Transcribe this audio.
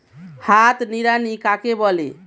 হাত নিড়ানি কাকে বলে?